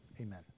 Amen